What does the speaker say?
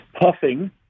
puffing